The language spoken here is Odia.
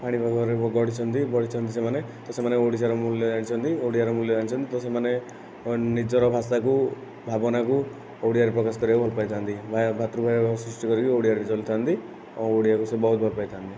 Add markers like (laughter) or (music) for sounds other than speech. ପାଣିପାଗରେ (unintelligible) ବଢ଼ିଛନ୍ତି ସେମାନେ ତ ସେମାନେ ଓଡ଼ିଶାର ମୂଲ୍ୟ ଜାଣିଛନ୍ତି ଓଡ଼ିଆର ମୂଲ୍ୟ ଜାଣିଛନ୍ତି ତ ସେମାନେ ନିଜର ଭାଷାକୁ ଭାବନାକୁ ଓଡ଼ିଆରେ ପ୍ରକାଶ କରିବାକୁ ଭଲ ପାଇଥାନ୍ତି ଭାତ୍ରୁ ଭାବ ସୃଷ୍ଟି କରିକି ଓଡ଼ିଆରେ ଚଳିଥାନ୍ତି ଆଉ ଓଡ଼ିଆକୁ ସେ ବହୁତ ଭଲ ପାଇଥାନ୍ତି